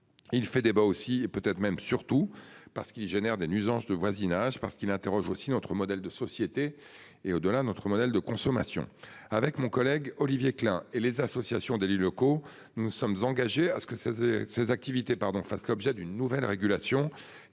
Il fait débat aussi et peut-être même surtout parce qu'il génère des nuisances de voisinage parce qu'il interroge aussi notre modèle de société et au-delà, notre modèle de consommation avec mon collègue Olivier Klein et les associations d'élus locaux. Nous nous sommes engagés à ce que ça faisait ses activités pardon, fasse l'objet d'une nouvelle régulation